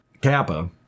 Kappa